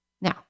Now